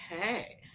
Okay